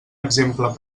exemple